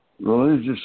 religious